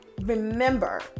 remember